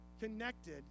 connected